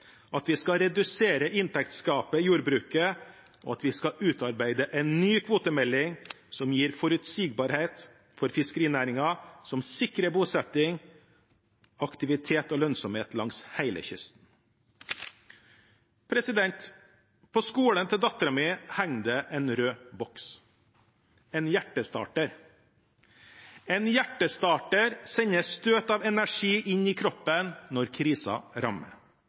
at vi skal redusere inntektsgapet i jordbruket, og at vi skal utarbeide en ny kvotemelding som gir forutsigbarhet for fiskerinæringen, og som sikrer bosetting, aktivitet og lønnsomhet langs hele kysten. På skolen til datteren min henger det en rød boks, en hjertestarter. En hjertestarter sender støt av energi inn i kroppen når krisen rammer.